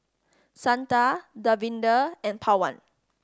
Santha Davinder and Pawan